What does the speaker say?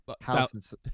house